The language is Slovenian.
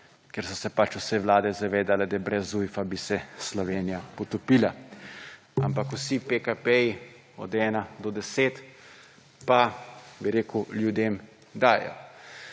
ker so se pač vse vlade zavedale, da brez Zujfa bi se Slovenija potopila. Ampak vsi PKP, od 1 do 10, pa, bi rekel, ljudem dajejo.